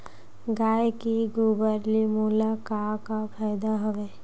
गाय के गोबर ले मोला का का फ़ायदा हवय?